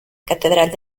catedral